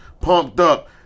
pumped-up